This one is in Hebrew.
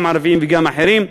גם ערבים וגם אחרים,